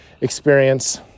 experience